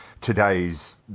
today's